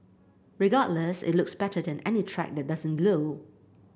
regardless it looks better than any track that doesn't glow